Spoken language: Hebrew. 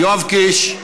יואב קיש,